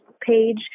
page